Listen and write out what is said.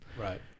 right